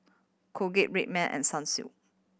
Colgate Red Man and Sunsilk